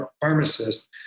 pharmacist